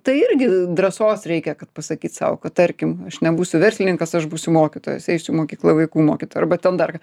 tai irgi drąsos reikia kad pasakyt sau kad tarkim aš nebūsiu verslininkas aš būsiu mokytojas eisiu į mokyklą vaikų mokyt arba ten dar ką